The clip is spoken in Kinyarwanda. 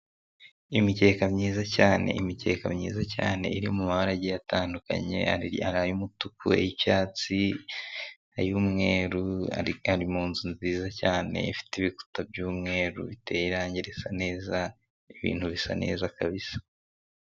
Imikeka myiza cyane. Imikeka myiza cyane, iri mu mabara atandukanye, hari ay'umutuku, ay'icyatsi, ay'umweru ariko ari mu nzu nziza cyane, ifite ibikuta by'umweru bite biteye irange risa neza, ibintu bisa neza kabisa.